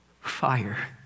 fire